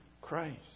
Christ